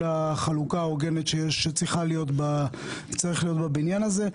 החלוקה ההוגנת שצריכה להיות בבניין הזה.